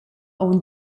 aunc